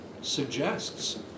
suggests